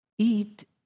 Eat